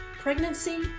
Pregnancy